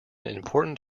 important